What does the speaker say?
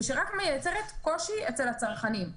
ושהיא רק מייצרת קושי אצל הצרכנים.